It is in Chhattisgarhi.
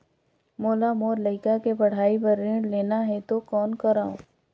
मोला मोर लइका के पढ़ाई बर ऋण लेना है तो कौन करव?